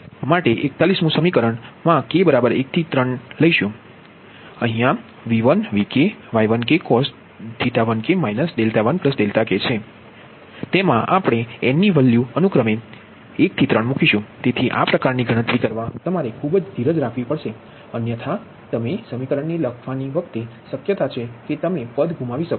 તેથી P1 ધ્યાનમાં લેવું માટે 41 મુ સમીકરણ મા k એ 1 થી 3 ની બરાબર છે V1 Vk Y1k cosθ1k - 𝛿1 𝛿k તેથી આ પ્રકારની ગણતરી કરવા તમારે ખૂબ ધીરજ રાખવી પડશે અન્યથા આ તમે સમીકરણને લખવાની વખતે શક્યતા છે કે તમે પદ ત્યાં ગુમાવી શકો છો